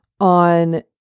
on